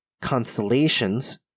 constellations